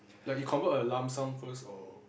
like you convert a lump sum first or